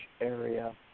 area